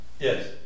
Yes